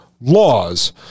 laws